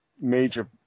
major